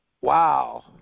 Wow